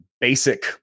basic